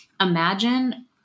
Imagine